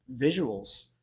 visuals